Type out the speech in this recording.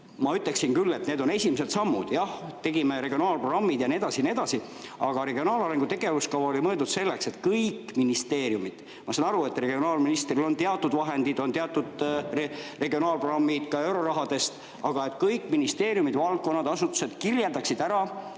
ütleksin, et need on esimesed sammud. Jah, tegime regionaalprogrammid ja nii edasi ja nii edasi. Aga regionaalarengu tegevuskava oli mõeldud selleks, et kõik ministeeriumid – ma saan aru, et regionaalministril on teatud vahendid, teatud regionaalprogrammid ka eurorahadest –, valdkonnad ja asutused kirjeldaksid ära